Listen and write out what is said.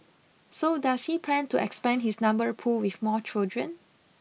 so does he plan to expand his number pool with more children